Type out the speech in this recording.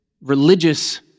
religious